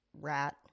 rat